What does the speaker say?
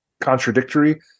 contradictory